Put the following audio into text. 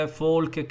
folk